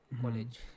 college